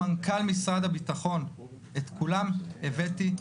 מנכ"ל משרד הביטחון, את כולם הבאתי.